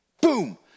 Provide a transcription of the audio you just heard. Boom